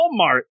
Walmart